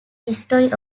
history